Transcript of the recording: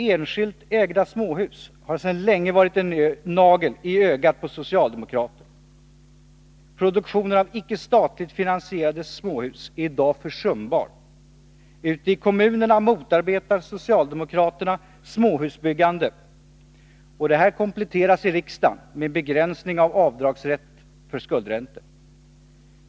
Enskilt ägda småhus har sedan länge varit en nagel i ögat på socialdemokraterna. Produktionen av icke statligt finansierade småhus är i dag försumbar. Ute i kommunerna motarbetar socialdemokraterna småhusbyggandet, och detta kompletteras i riksdagen med begränsning i avdragsrätten för skuldräntor.